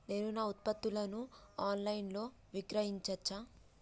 నేను నా ఉత్పత్తులను ఆన్ లైన్ లో విక్రయించచ్చా?